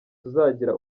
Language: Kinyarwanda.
tuzagira